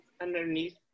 underneath